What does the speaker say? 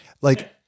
like-